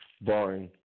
barring